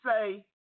say